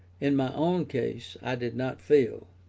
in my own case, i did not feel.